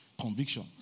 conviction